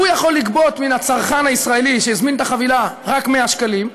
הוא יכול לגבות מן הצרכן הישראלי שהזמין את החבילה רק 100 שקלים,